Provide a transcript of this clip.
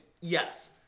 Yes